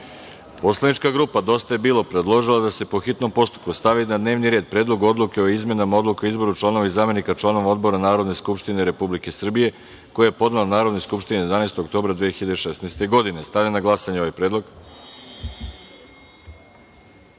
predlog. Poslanička grupa Dosta je bilo, predložila je da po hitnom postupku stavi na dnevni red Predlog odluke o izmenama Odluke o izboru članova i zamenika članova odbora Narodne skupštine Republike Srbije, koji je podnela Narodnoj skupštini 11. oktobra 2016. godine. Stavljam na glasanje ovaj